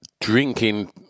drinking